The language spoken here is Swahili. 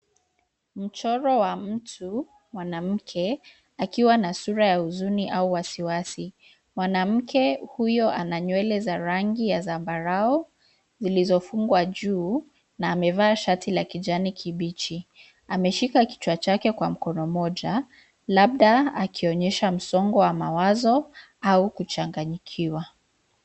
Mchoro wa mtu, mwanamke, akiwa na sura ya huzuni au wasiwasi. Mwanamke huyo ana nywele za rangi ya zambarau, zilizofungwa juu, na amevaa shati la kijani kibichi. Ameshika kichwa chake kwa mkono mmoja, labda akionyesha msongo wa mawazo, au kuchanganyikiwa.